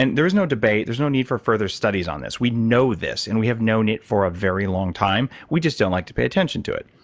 and there's no debate. there's no need for further studies on this. we know this, and we have known it for a very long time. we just don't like to pay attention to it.